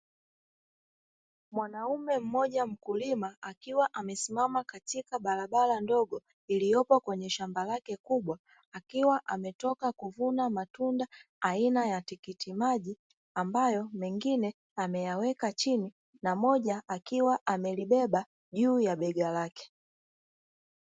Mwanaume mmoja mkulima akiwa amesimama katika barabara ndogo iliyopo kwenye shamba lake kubwa akiwa ametoka kuvuna matunda aina ya tikiti maji. Ambayo mengine ameyaweka chini na moja akiwa amelibebe juu ya bega lake.